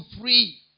free